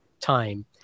time